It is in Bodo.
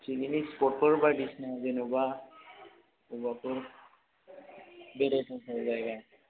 पिगिनिक स्पट फोर बायदिसिना जेन'बा बबाफोर बेराय थाव थाव जायगा